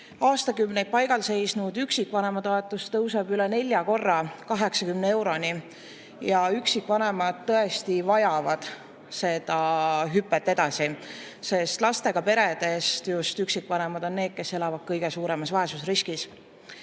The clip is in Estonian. Aastakümneid paigal seisnud üksikvanematoetus tõuseb üle nelja korra, 80 euroni. Üksikvanemad tõesti vajavad seda hüpet edasi, sest lastega peredest on just üksikvanemapered need, kes elavad kõige suuremas vaesusriskis.